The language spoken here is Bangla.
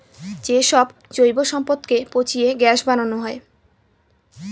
যে সব জৈব সম্পদকে পচিয়ে গ্যাস বানানো হয়